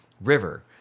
river